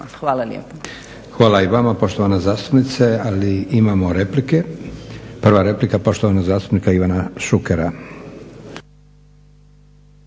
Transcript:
Hvala i vama poštovana zastupnice, ali imamo replike. Prva replika poštovanog zastupnika Ivana Šukera.